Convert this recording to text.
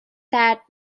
درد